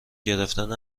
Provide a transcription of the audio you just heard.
گرفتن